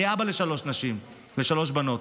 אני אבא לשלוש נשים, לשלוש בנות.